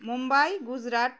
Mumbai Gujarat